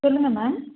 சொல்லுங்க மேம்